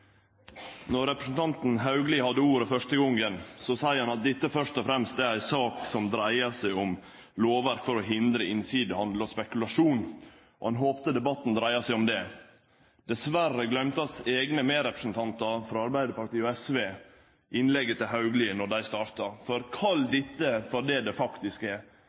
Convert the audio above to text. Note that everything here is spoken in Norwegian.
representanten Haugli hadde ordet første gongen, sa han at dette først og fremst er ei sak som dreiar seg om lovverk for å hindre innsidehandel og spekulasjon, og han håpte debatten ville dreie seg om det. Dessverre gløymde Haugli sine eigne medrepresentantar frå Arbeidarpartiet og Sosialistisk Venstreparti innlegget hans då dei starta. Kall dette for det det faktisk er: